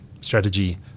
strategy